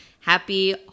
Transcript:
Happy